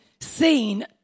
seen